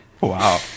Wow